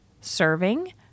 serving